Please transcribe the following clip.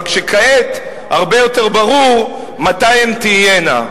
רק שכעת הרבה יותר ברור מתי הן תהיינה.